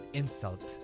insult